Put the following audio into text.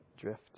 drift